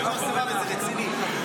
וזה רציני,